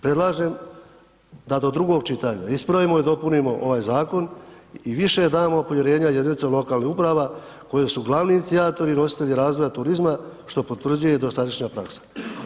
Predlažem da do drugog čitanja ispravimo i dopunimo ovaj zakon i više damo povjerenja jedinicama lokalnih uprava koji su glavni inicijatori i nositelji razvoja turizma što potvrđuje jednostatična praksa.